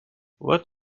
what